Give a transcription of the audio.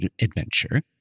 adventure